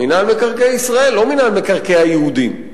מינהל מקרקעי ישראל, לא מינהל מקרקעי היהודים.